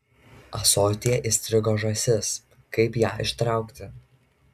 ąsotyje įstrigo žąsis kaip ją ištraukti